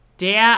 Der